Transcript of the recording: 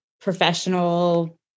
professional